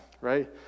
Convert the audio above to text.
right